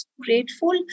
grateful